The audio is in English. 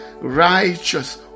righteous